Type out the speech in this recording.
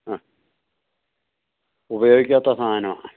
ആ ഉപയോഗിക്കാത്ത സാധനമാണ്